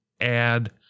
add